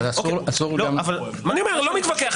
אבל אני לא מתווכח,